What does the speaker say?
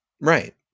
right